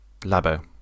Labo